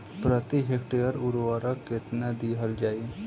प्रति हेक्टेयर उर्वरक केतना दिहल जाई?